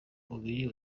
n’umubiri